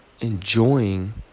enjoying